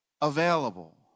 available